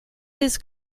his